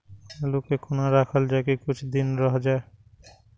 आलू के कोना राखल जाय की कुछ दिन रह जाय?